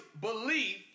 belief